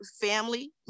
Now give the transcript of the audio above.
family